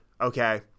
okay